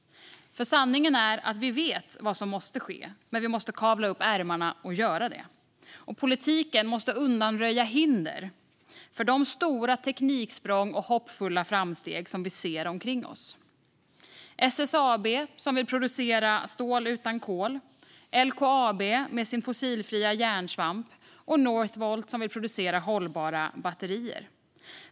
Sanningen är att vi vet vad som måste ske, men vi måste kavla upp ärmarna och göra det. Politiken måste undanröja hinder för de stora tekniksprång och hoppfulla framsteg som vi ser omkring oss - SSAB som vill producera stål utan kol, LKAB med sin fossilfria järnsvamp och Northvolt som vill producera hållbara batterier.